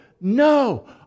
No